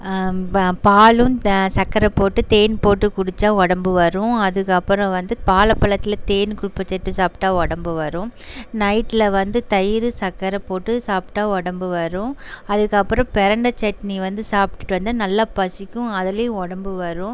ப பாலும் சக்கரை போட்டு தேன் போட்டு குடிச்சால் உடம்பு வரும் அதுக்கப்புறம் வந்து பாலப்பழத்துல தேன் குருப்பை தொட்டு சாப்பிட்டா உடம்பு வரும் நைட்ல வந்து தயிர் சக்கரை போட்டு சாப்பிட்டா உடம்பு வரும் அதுக்கப்புறம் பெரண்டை சட்னி வந்து சாப்பிட்டுட்டு வந்தால் நல்லா பசிக்கும் அதிலையும் உடம்பு வரும்